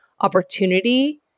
opportunity